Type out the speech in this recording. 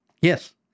Yes